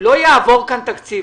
לא יעבור כאן תקציב.